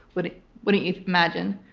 wouldn't wouldn't you imagine?